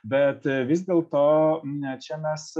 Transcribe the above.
bet vis dėl to čia mes